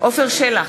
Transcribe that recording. עפר שלח,